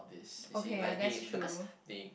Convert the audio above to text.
okay ah that's true